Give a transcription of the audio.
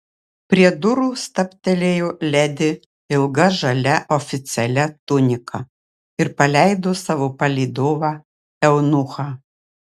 prie durų stabtelėjo ledi ilga žalia oficialia tunika ir paleido savo palydovą eunuchą